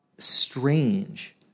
Strange